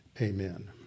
Amen